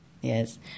Yes